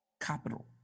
capital